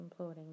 imploding